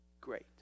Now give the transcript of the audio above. great